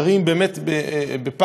גרים באמת בפחד,